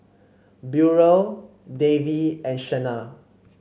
Burrell Davy and Shenna